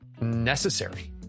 necessary